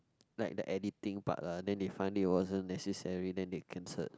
like the editing part lah then they find it wasn't necessary then they cancel